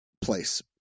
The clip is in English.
place